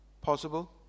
possible